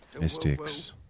mystics